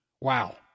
Wow